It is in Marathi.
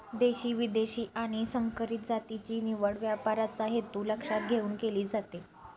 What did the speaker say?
देशी, विदेशी आणि संकरित जातीची निवड व्यापाराचा हेतू लक्षात घेऊन केली जाते